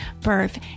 birth